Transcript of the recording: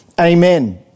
Amen